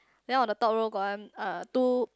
then on the top row got one uh two